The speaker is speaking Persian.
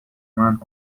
مند